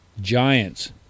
Giants